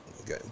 Okay